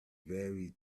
very